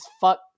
fuck